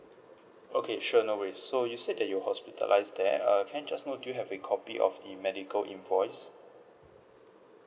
okay sure no worries so you said that you were hospitalised there uh can I just know do you have a copy of the medical invoice